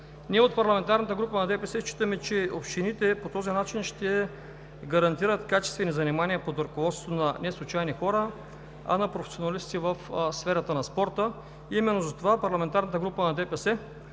Ние от парламентарната група на ДПС считаме, че общините по този начин ще гарантират качествени занимания под ръководството на неслучайни хора, а на професионалисти в сферата на спорта. Именно затова парламентарната група на ДПС